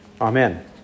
Amen